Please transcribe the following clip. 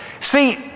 See